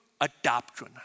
adoption